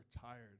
tired